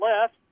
Left